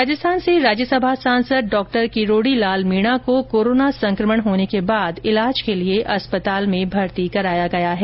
राजस्थान से राज्यसभा सांसद डॉ किरोड़ी लाल मीणा को कोरोना संकमण होने के बाद इलाज के लिए अस्पताल में भर्ती कराया गया है